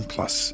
Plus